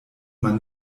man